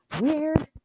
weird